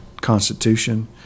Constitution